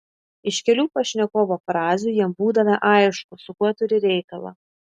iš kelių pašnekovo frazių jam būdavę aišku su kuo turi reikalą